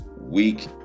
week